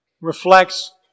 reflects